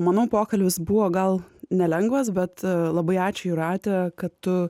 manau pokalbis buvo gal nelengvas bet labai ačiū jūrate kad tu